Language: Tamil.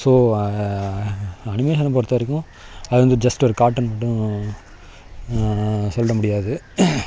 ஸோ அனிமேஷன் பொருத்தவரைக்கும் அது வந்து ஜஸ்ட்டு ஒரு கார்ட்டூன் மட்டும் சொல்லிவிட முடியாது